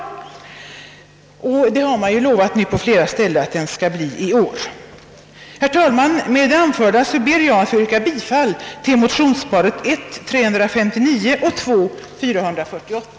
Man har ju i olika sammanhang lovat att den skall bli klar i år. Herr talman! Med det anförda ber jag att få yrka bifall till motionsparet I: 359 och II: 448.